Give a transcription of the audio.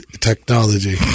technology